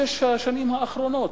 שש השנים האחרונות.